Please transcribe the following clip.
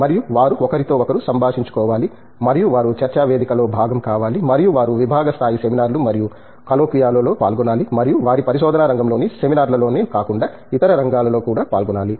మరియు వారు ఒకరితో ఒకరు సంభాషించుకోవాలి మరియు వారు చర్చా వేదిక లో భాగం కావాలి మరియు వారు విభాగస్థాయి సెమినార్లు మరియు కోలోక్వియాలో పాల్గొనాలి మరియు వారి పరిశోధనా రంగంలోని సెమినార్లలోనే కాకుండా ఇతర రంగాలలో కూడా పాల్గొనాలి